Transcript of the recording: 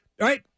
Right